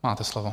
Máte slovo.